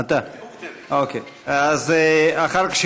אז אחר כך,